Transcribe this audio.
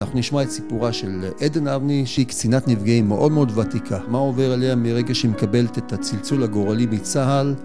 אנחנו נשמע את סיפורה של עדן אבני שהיא קצינת נפגעים מאוד מאוד ותיקה. מה עובר עליה מרגע שהיא מקבלת את הצלצול הגורלי מצה"ל